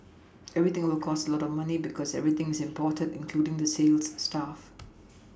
everything will cost a lot of money because everything is imported including the sales staff